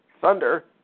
Thunder